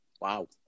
Wow